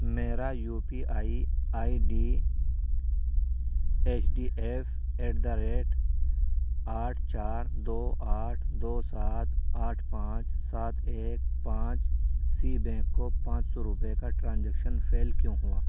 میرا U P I I D H D F at the rate آٹھ چار دو آٹھ دو سات آٹھ پانچ سات ایک پانچ سی بینک کو پانچ سو روپے کا ٹرانزیکشن فیل کیوں ہوا